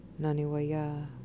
Naniwaya